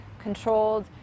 controlled